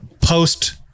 post